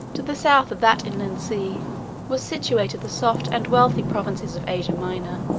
to the south of that inland sea were situated the soft and wealthy provinces of asia minor,